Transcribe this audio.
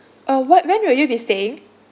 uh what when will you be staying